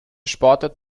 sportart